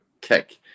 kick